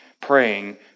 praying